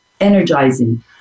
energizing